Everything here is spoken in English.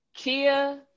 Kia